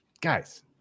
Guys